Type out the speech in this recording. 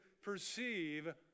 perceive